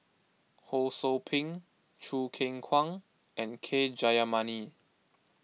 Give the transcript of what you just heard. Ho Sou Ping Choo Keng Kwang and K Jayamani